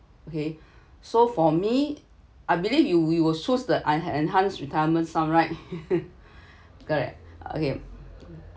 okay so for me I believe you we will choose the en~ enhanced retirement sum right correct okay